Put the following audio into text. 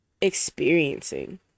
experiencing